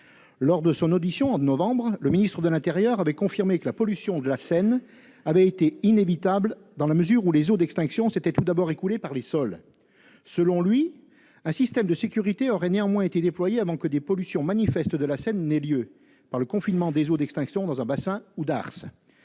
Lors de son audition au mois de novembre, le ministre de l'intérieur nous confirmait que la pollution de la Seine avait été inévitable, dans la mesure où les eaux d'extinction s'étaient tout d'abord écoulées par les sols. Selon lui, un système de sécurité aurait néanmoins été mis en oeuvre avant que des pollutions manifestes de la Seine aient lieu, par le confinement des eaux d'extinction dans un bassin, ou darse.